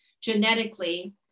genetically